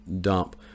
dump